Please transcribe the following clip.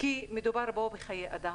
כי מדובר פה בחיי אדם.